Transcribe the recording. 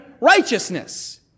righteousness